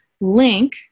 link